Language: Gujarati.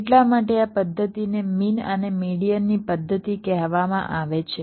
એટલા માટે આ પદ્ધતિને મીન અને મેડીઅનની પદ્ધતિ કહેવામાં આવે છે